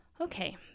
Okay